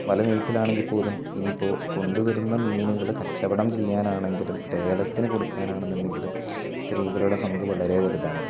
വല നെയ്ത്തിലാണെങ്കിൽ പോലും ഇനി ഇപ്പോൾ കൊണ്ടുവരുന്ന മീനുകൾ കച്ചവടം ചെയ്യാനാണെങ്കിലും ലേലത്തിന് കൊടുക്കാനാണെന്നുണ്ടെങ്കിലും സ്ത്രീകളുടെ പങ്ക് വളരെ വലിയതാണ്